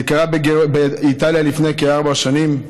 זה קרה באיטליה לפני כארבע שנים,